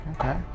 Okay